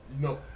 no